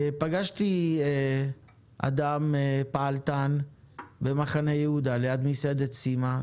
פגשתי אדם פעלתן במחנה יהודה, ליד מסעדת סימה.